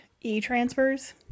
e-transfers